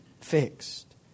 fixed